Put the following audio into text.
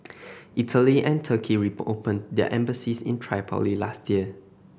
Italy and Turkey their embassies in Tripoli last year